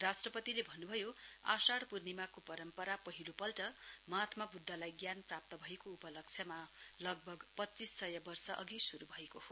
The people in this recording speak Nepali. राष्ट्रपतिले भन्नुभयो आषाङ पूर्णिमाको परम्परा पहिलो पल्ट महात्मा बुद्धलाई ज्ञान प्राप्त भएको उपलक्ष्यमा लगभग पच्चीस सय वर्ष अघि श्रू भएको हो